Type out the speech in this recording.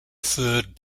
third